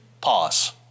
pause